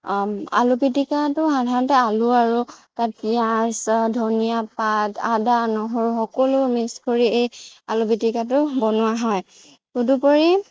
আলু পিটিকাটো সাধাৰণতে আলু আৰু তাত পিঁয়াজ ধনিয়া পাত আদা নহৰু সকলো মিছ কৰি এই আলু পিটিকাটো বনোৱা হয় তদুপৰি